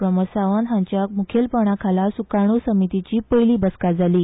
प्रमोद सावंत हांच्या मुखेलपणाखाला सुकणू समितीची पयली बसका जाली